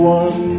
one